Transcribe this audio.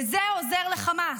וזה עוזר לחמאס.